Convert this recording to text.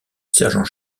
sergent